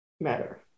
matter